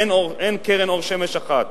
אין אור, אין קרן אור שמש אחת.